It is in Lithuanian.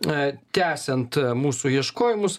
a tęsiant mūsų ieškojimus